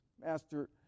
Master